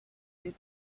get